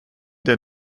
der